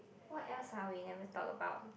what else !huh! we never talk about